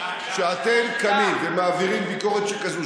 כשאתם קמים ומעבירים ביקורת שכזאת,